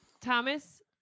Thomas